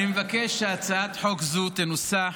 אני מבקש שהצעת החוק תנוסח